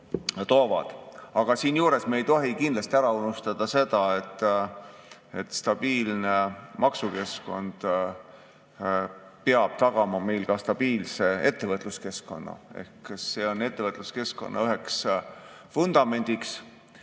Aga seejuures me ei tohi kindlasti ära unustada seda, et stabiilne maksukeskkond peab tagama ka stabiilse ettevõtluskeskkonna. See on üheks ettevõtluskeskkonna vundamendiks